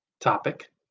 topic